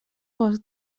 bosc